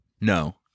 No